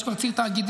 יש כבר ציר תאגידי.